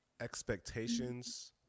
expectations